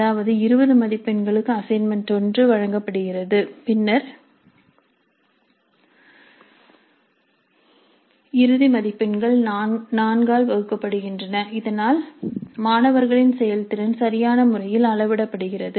அதாவது 20 மதிப்பெண்களுக்கு அசைன்மென்ட் 1 வழங்கப்படுகிறது பின்னர் இறுதி மதிப்பெண்கள் 4 ஆல் வகுக்கப்படுகின்றன இதனால் மாணவர்களின் செயல்திறன் சரியான முறையில் அளவிடப்படுகிறது